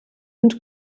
und